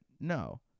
no